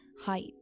height